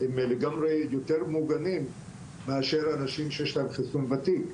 הם לגמרי יותר מוגנים מאשר אנשים שיש להם חיסון ותיק.